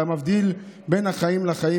והמבדיל בין החיים לחיים,